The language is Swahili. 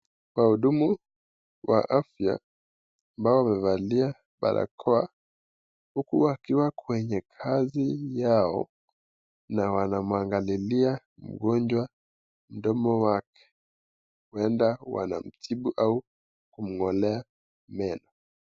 Wahudumu wa afya ambao wamevalia barakoa, huku wakiwa kwenye kazi yao na wanamwangalilia mgonjwa mdomo wake, huenda wanamtibu au kumwonea meno.